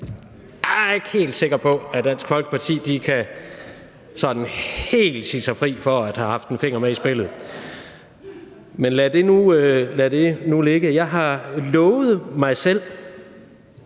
Jeg er ikke helt sikker på, at Dansk Folkeparti sådan helt kan sige sig fri for at have haft en finger med i spillet – men lad det nu ligge. Jeg har lovet mig selv,